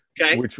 Okay